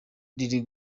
riri